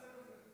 זה לא חמש דקות?